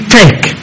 take